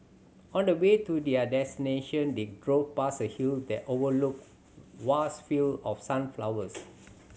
on the way to their destination they drove past a hill that overlooked vast field of sunflowers